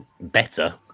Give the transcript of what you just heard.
better